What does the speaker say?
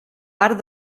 part